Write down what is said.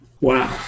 Wow